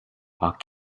are